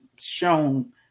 shown